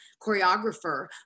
choreographer